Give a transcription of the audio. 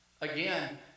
Again